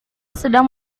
sedang